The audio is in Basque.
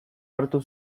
hartu